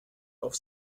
auf